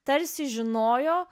tarsi žinojo